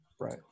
Right